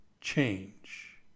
change